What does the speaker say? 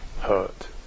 hurt